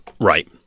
Right